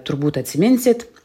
turbūt atsiminsit